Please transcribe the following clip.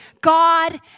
God